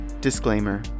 Disclaimer